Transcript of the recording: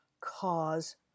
cause